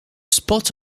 spot